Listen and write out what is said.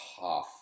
half